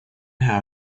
how